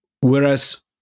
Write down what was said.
Whereas